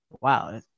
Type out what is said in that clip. Wow